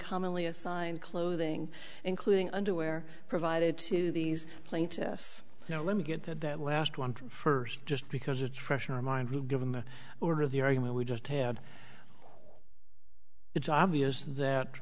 commonly assigned clothing including underwear provided to these plaintiffs now let me get the last one first just because it's fresh in our mind given the order of the argument we just had it's obvious that